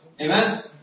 Amen